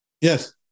yes